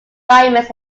diamonds